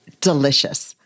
delicious